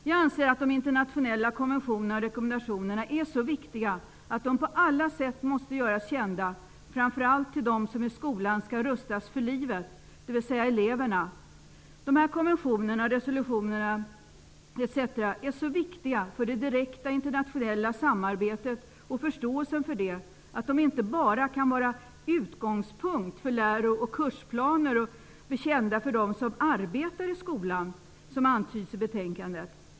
Jag anser att de internationella konventionerna och rekommendationerna är så viktiga att de på alla sätt måste göras kända, framför allt för dem som i skolan skall rustas för livet, d.v.s. eleverna. Dessa konventioner, resolutioner etc. är så viktiga för det direkta internationella samarbetet och förståelsen för det att de inte bara kan vara utgångspunkt för läro och kursplaner och bli kända för dem som arbetar i skolan, som antyds i betänkandet.